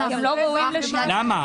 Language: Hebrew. על מה?